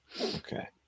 Okay